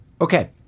Okay